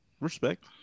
Respect